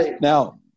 Now